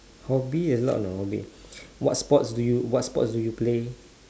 hobby is lot no hobby what sports do you what sports do you play